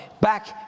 back